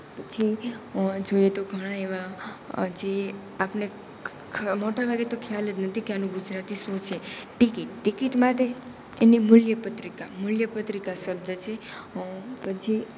પછી જોઈએ તો ઘણા એવા જે આપણને મોટા ભાગે તો ખ્યાલ જ નથી કે આનું ગુજરાતી શું છે ટિકિટ ટિકિટ માટે એની મૂલ્યપત્રિકા મૂલ્યપત્રિકા શબ્દ છે પછી